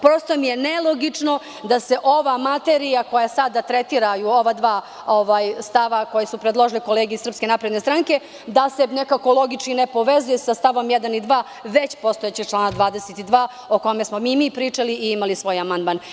Prosto mi je nelogično da se ova materija koju sada tretiraju ova dva stava koji su predložile kolege iz SNS, da se nekako logički ne povezuje sa stavom 1. i 2. već postojećeg člana 22. o kome smo i mi pričali i imali svoj amandman.